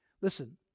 listen